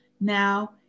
now